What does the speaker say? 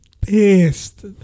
pissed